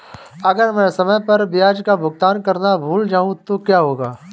अगर मैं समय पर ब्याज का भुगतान करना भूल जाऊं तो क्या होगा?